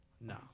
No